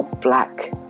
black